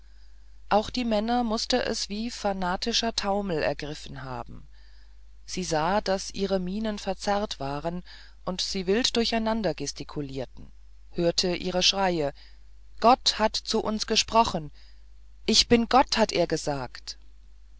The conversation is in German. auch die männer mußte es wie fanatischer taumel ergriffen haben sie sah daß ihre mienen verzerrt waren und sie wild durcheinander gestikulierten hörte ihre schreie gott hat zu uns gesprochen ich bin gott hat er gesagt